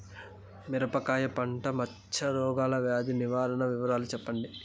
మిరపకాయ పంట మచ్చ రోగాల వ్యాధి నివారణ వివరాలు చెప్పండి?